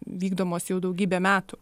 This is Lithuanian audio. vykdomos jau daugybę metų